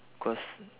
cause